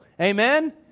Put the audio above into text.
Amen